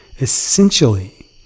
Essentially